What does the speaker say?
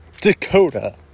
Dakota